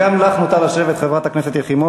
גם לך מותר לשבת, חברת